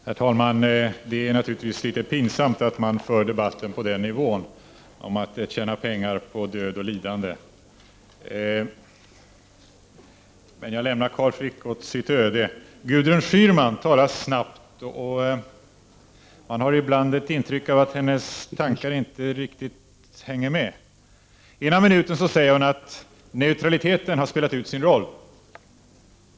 Herr talman! Det är naturligtvist litet pinsamt att föra debatten på en sådan nivå att man talar om att ”tjäna pengar på död och lidande”. Men jag lämnar Carl Frick åt sitt öde. Gudrun Schyman talar snabbt. Man har ibland ett intryck av att hennes tankar inte riktigt hänger med. Ena minuten säger hon att neutralitetspolitiken har spelat ut sin roll.